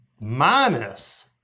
minus